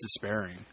despairing